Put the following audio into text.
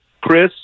Chris